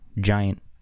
giant